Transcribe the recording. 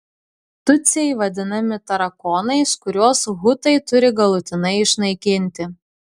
tutsiai vadinami tarakonais kuriuos hutai turi galutinai išnaikinti